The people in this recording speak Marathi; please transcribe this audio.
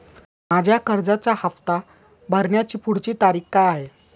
माझ्या कर्जाचा हफ्ता भरण्याची पुढची तारीख काय आहे?